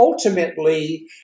Ultimately